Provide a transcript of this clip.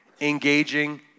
engaging